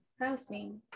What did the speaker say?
Housing